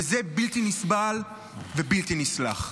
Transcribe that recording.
וזה בלתי נסבל ובלתי נסלח.